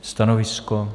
Stanovisko?